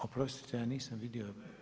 Oprostite, ja nisam vidio.